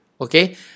Okay